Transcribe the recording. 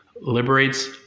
liberates